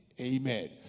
Amen